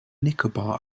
nicobar